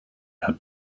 had